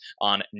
on